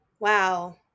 wow